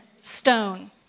stone